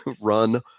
run